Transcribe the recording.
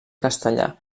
castellà